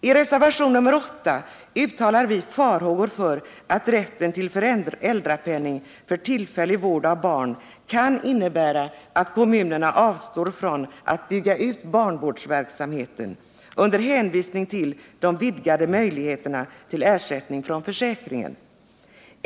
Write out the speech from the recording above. I reservationen 8 uttalar vi farhågor för att rätten till föräldrapenning för tillfällig vård av barn kan innebära att kommunerna avstår från att bygga ut barnvårdarverksamheten under hänvisning till de vidgade möjligheterna till ersättning från försäkringen.